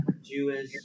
Jewish